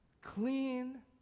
clean